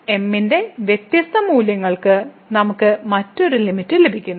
m ന്റെ വ്യത്യസ്ത മൂല്യങ്ങൾക്ക് നമുക്ക് മറ്റൊരു ലിമിറ്റ് ലഭിക്കുന്നു